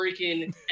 freaking